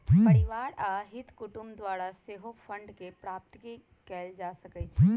परिवार आ हित कुटूम द्वारा सेहो फंडके प्राप्ति कएल जा सकइ छइ